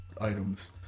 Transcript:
items